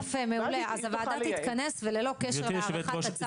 יפה, מעולה, אז הוועדה תתכנס וללא קשר להארכת הצו.